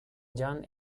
john